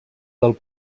del